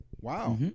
wow